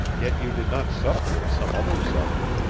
yet you did not suffer as some others suffered.